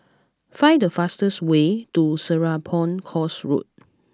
find the fastest way to Serapong Course Road